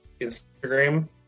Instagram